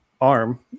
arm